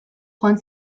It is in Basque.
joan